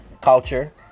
culture